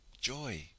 joy